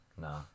No